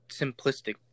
simplistic